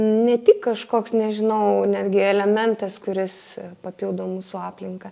ne tik kažkoks nežinau netgi elementas kuris papildo mūsų aplinką